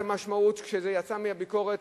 את המשמעות כשזה יצא מהביקורת,